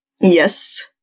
Yes